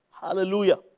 Hallelujah